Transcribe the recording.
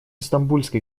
стамбульской